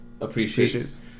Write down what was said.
Appreciates